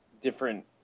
different